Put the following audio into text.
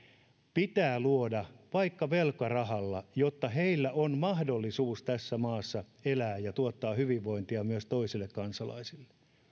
pitää luoda vaikka velkarahalla jotta heillä on mahdollisuus tässä maassa elää ja tuottaa hyvinvointia myös toisille kansalaisille